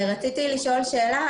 רציתי לשאול שאלה.